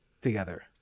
together